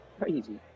Crazy